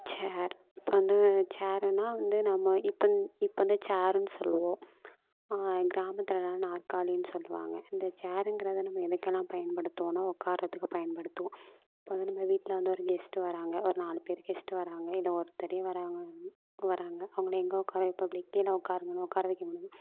chair இப்போ வந்து ச்சேர்னா வந்து நம்ம இப்போ இப்போ வந்து ச்சேர்னு சொல்லுவோம் கிராமத்துலெலாம் நாற்காலின்னு சொல்லுவாங்க இந்த ச்சேருங்கிறத நம்ம எதுக்கெல்லாம் பயன்படுத்துவோன்னா உட்காறத்துக்கு பயன்படுத்துவோம் இப்போ வந்து நம்ம வீட்டில் வந்து ஒரு கெஸ்ட்டு வராங்க ஒரு நாலு பேர் கெஸ்ட்டு வராங்க இல்லை ஒருத்தரே வராங்கன்னு வராங்க அவங்கள எங்கே உட்கார வைப்ப இப்படி கீழே உட்காருங்கன்னு உட்கார வைக்க